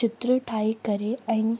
चित्र ठाहे करे ऐं